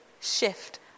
shift